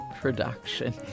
production